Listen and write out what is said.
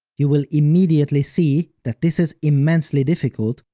you will immediately see that this is immensely difficult,